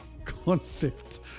Concept